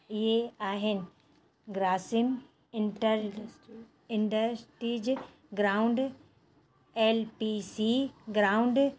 इए आहिनि ग्रासिम इंटल industries ground L P C ground